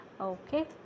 okay